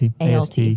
ALT